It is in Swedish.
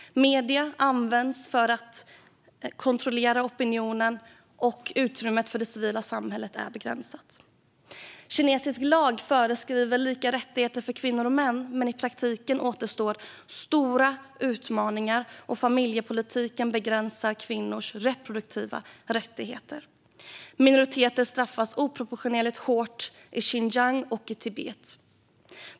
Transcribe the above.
Medierna används för att kontrollera opinionen, och utrymmet för det civila samhället är begränsat. Kinesisk lag föreskriver lika rättigheter för kvinnor och män, men i praktiken återstår stora utmaningar, och familjepolitiken begränsar kvinnors reproduktiva rättigheter. Minoriteter straffas oproportionellt hårt i Xinjiang och Tibet.